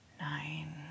Nine